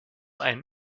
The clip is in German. einen